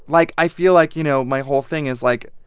like, i feel like, you know, my whole thing is, like,